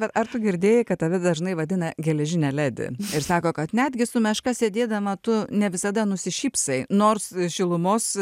bet ar tu girdėjai kad tave dažnai vadina geležine ledi ir sako kad netgi su meška sėdėdama tu ne visada nusišypsai nors šilumos